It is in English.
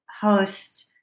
host